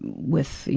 with, you